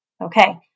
Okay